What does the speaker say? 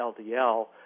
LDL